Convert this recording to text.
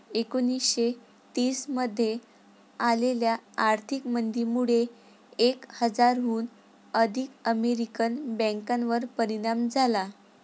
एकोणीसशे तीस मध्ये आलेल्या आर्थिक मंदीमुळे एक हजाराहून अधिक अमेरिकन बँकांवर परिणाम झाला